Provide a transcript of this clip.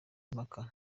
impaka